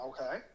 Okay